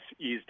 eased